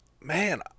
man